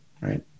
right